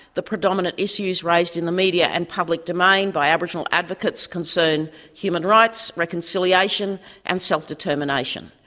the predominant issues raised in the media and public domain by aboriginal advocates concern human rights, reconciliation and self-determination.